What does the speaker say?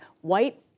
White